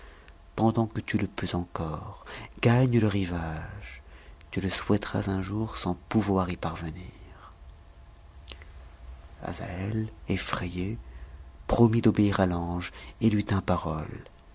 pendant que tu le peux encore gagne le rivage tu le souhaiteras un jour sans pouvoir y parvenir azaël effrayé promit d'obéir à l'ange et lui tint parole